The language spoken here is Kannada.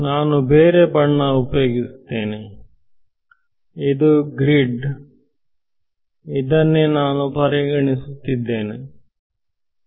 ನಾನು ಬೇರೆ ಬಣ್ಣ ಉಪಯೋಗಿಸುತ್ತೇನೆ ಇದು ಗ್ರೀಡ್ಇದನ್ನೇ ನಾನು ಪರಿಗಣಿಸುತ್ತಿದೇನೇ